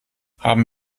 haben